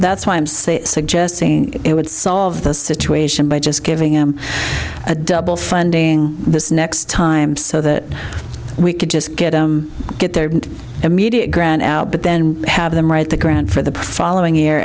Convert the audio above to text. that's why i'm saying suggesting it would solve the situation by just giving him a double funding this next time so that we could just get a get there immediate grant out but then have them write the grant for the following year